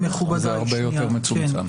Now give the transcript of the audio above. זה הרבה יותר מצומצם.